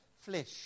flesh